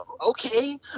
okay